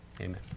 Amen